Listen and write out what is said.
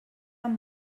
amb